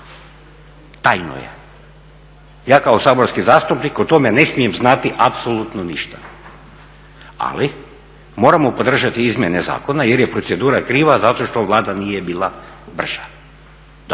Tajno je. Ja kao saborski zastupnik o tome ne smijem znati apsolutno ništa. Ali moramo podržati izmjene zakona jer je procedura kriva zato što Vlada nije bila brža.